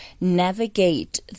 navigate